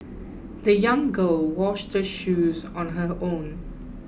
the young girl washed her shoes on her own